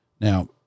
Now